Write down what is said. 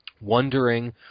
wondering